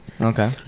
Okay